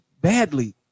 badly